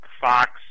Fox